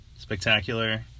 Spectacular